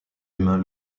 humain